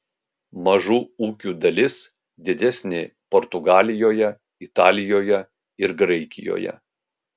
mažų ūkių dalis didesnė portugalijoje italijoje ir graikijoje